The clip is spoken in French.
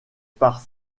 par